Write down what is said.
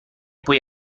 poi